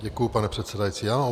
Děkuji, pane předsedající.